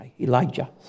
Elijah